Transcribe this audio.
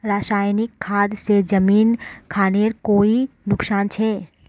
रासायनिक खाद से जमीन खानेर कोई नुकसान छे?